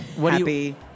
Happy